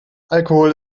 alkohol